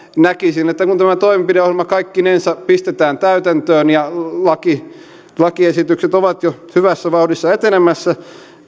näkisin että kun kun tämä toimenpideohjelma kaikkinensa pistetään täytäntöön ja lakiesitykset ovat jo hyvässä vauhdissa etenemässä